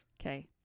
Okay